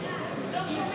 א'.